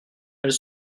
elles